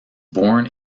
born